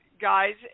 Guys